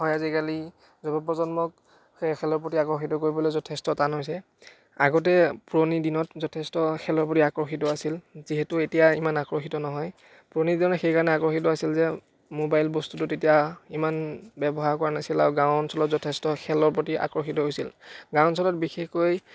হয় আজিকালি যুৱ প্ৰজন্মক খেলৰ প্ৰতি আকৰ্ষিত কৰিবলৈ যথেষ্ট টান হৈছে আগতে পুৰণি দিনত যথেষ্ট খেলৰ প্ৰতি আকৰ্ষিত আছিল যিহেতু এতিয়া ইমান আকৰ্ষিত নহয় পুৰণি দিনত সেইকাৰণে আকৰ্ষিত আছিল যে মোবাইল বস্তুটো তেতিয়া ইমান ব্যৱহাৰ কৰা নাছিল আৰু গাঁও অঞ্চলত যথেষ্ট খেলৰ প্ৰতি আকৰ্ষিত হৈছিল গাঁও অঞ্চলত বিশেষকৈ